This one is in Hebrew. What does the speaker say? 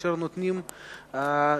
כאשר נותנים תמיכה?